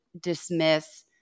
dismiss